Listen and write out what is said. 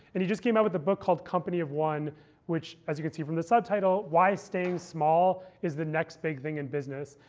and he just came out with a book called company of one which, as you can see from the subtitle why staying small is the next big thing in business.